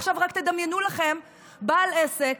עכשיו רק תדמיינו לכם בעל עסק